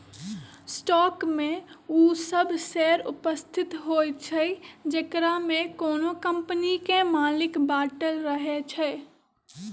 stock में उ सभ शेयर उपस्थित होइ छइ जेकरामे कोनो कम्पनी के मालिक बाटल रहै छइ